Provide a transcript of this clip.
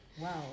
wow